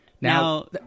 Now